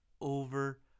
over